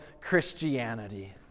Christianity